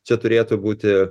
čia turėtų būti